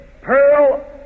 pearl